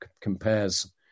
compares